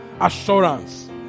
assurance